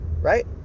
right